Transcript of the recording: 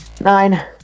Nine